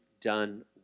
done